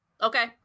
Okay